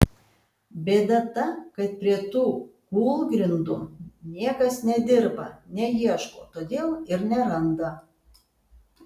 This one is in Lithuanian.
bėda ta kad prie tų kūlgrindų niekas nedirba neieško todėl ir neranda